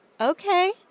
Okay